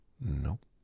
Nope